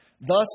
Thus